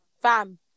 fam